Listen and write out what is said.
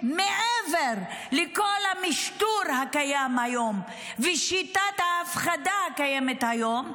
מעבר לכל המשטור הקיים היום ושיטת ההפחדה הקיימת היום,